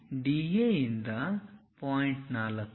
DA ಯಿಂದ point 4